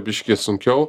biškį sunkiau